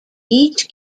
each